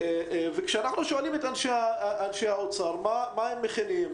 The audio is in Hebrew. וכשאנחנו שואלים את אנשי האוצר מה הם מכינים,